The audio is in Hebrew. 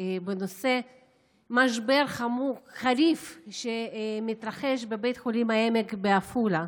בנושא המשבר החריף שמתרחש בבית חולים העמק בעפולה.